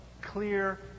clear